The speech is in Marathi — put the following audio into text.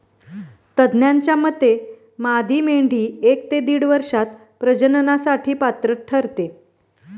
तज्ज्ञांच्या मते मादी मेंढी एक ते दीड वर्षात प्रजननासाठी पात्र ठरते